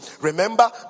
Remember